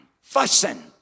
fussing